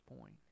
point